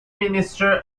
minister